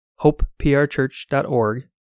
hopeprchurch.org